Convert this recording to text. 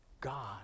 God